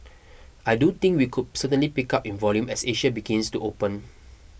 I do think we could certainly pick up in volume as Asia begins to open